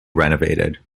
renovated